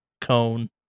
cone